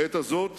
בעת הזאת